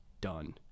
done